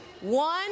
one